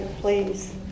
please